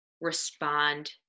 respond